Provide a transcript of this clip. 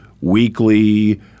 weekly